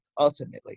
Ultimately